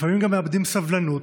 לפעמים גם מאבדים סבלנות,